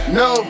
no